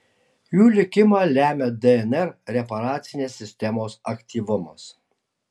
jų likimą lemia dnr reparacinės sistemos aktyvumas